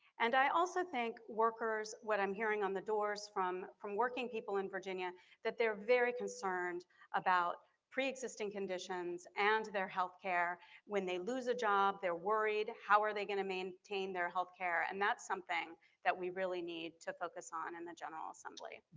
and i also think workers, what i'm hearing on the doors from from working people in virginia that they're very concerned about pre-existing conditions and their health care when they lose a job, they're worried how are they gonna maintain their health care and that's something that we really need to focus on in and the general assembly.